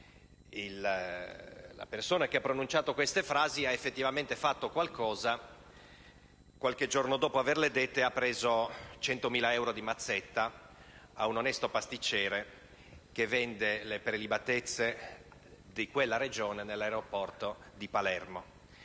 La persona che ha pronunciato queste frasi ha effettivamente fatto qualcosa: qualche giorno dopo averle dette, ha preso 100.000 euro di mazzetta da un onesto pasticcere che vende nell'aeroporto di Palermo